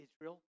Israel